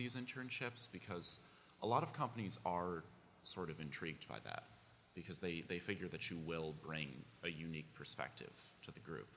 these internships because a lot of companies are sort of intrigued by that because they figure that you will bring a unique perspective to the